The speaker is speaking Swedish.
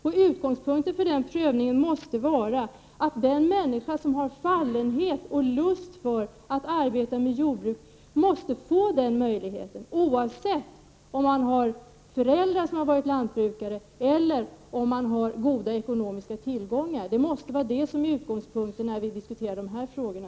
Och utgångspunkten för den prövningen måste vara att den människa som har fallenhet och lust att arbeta med jordbruk måste få den möjligheten, oavsett om man har föräldrar som varit lantbrukare eller om man har goda ekonomiska tillgångar. Det måste alltså vara utgångspunkten när vi diskuterar de här frågorna.